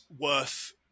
worth